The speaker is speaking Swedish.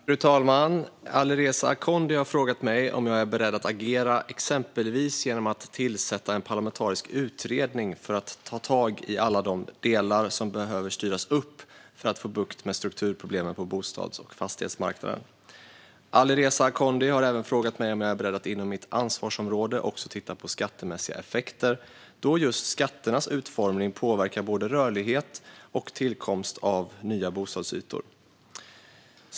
Fru talman! Alireza Akhondi har frågat mig om jag är beredd att agera, exempelvis genom att tillsätta en parlamentarisk utredning, för att ta tag i alla delar som behöver styras upp för att få bukt med strukturproblemen på bostads och fastighetsmarknaden. Alireza Akhondi har även frågat mig om jag är beredd att inom mitt ansvarsområde också titta på skattemässiga effekter, då just skatternas utformning påverkar både rörlighet och tillkomst av nya bostadsytor.